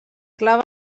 clar